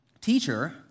teacher